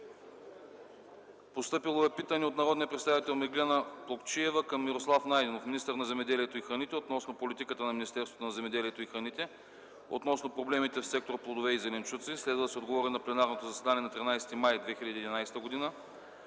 Постъпило е питане от народния представители Меглена Плугчиева към Мирослав Найденов – министър на земеделието и храните, относно политиката на Министерството на земеделието и храните по проблемите в сектор „Плодове и зеленчуци”. Следва да се отговори в пленарното заседание на 13 май 2011 г.